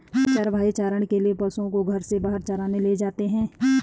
चरवाहे चारण के लिए पशुओं को घर से बाहर चराने ले जाते हैं